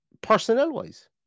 Personnel-wise